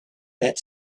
that